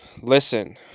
listen